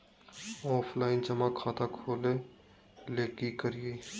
Offline जमा खाता खोले ले की करिए?